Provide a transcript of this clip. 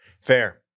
Fair